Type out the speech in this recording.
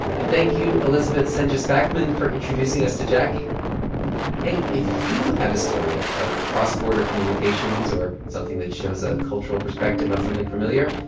and thank you, elizabeth senja spackman, for introducing us to jacquie hey, if you have a story of cross-border communications or something that shows a cultural perspective on something familiar,